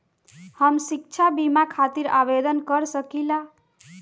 हम शिक्षा बीमा खातिर आवेदन कर सकिला?